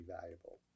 valuable